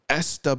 SW